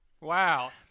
Wow